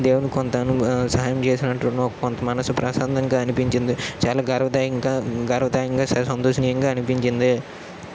దేవుడి కొంత అనుభ సహాయం చేసినట్టు ఉన్నావు కొంత మనసు ప్రశాంతంగా అనిపించింది చాలా గర్వదా ఇంకా గర్వధాయంగా సంతోషినియంగా అనిపించింది